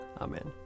Amen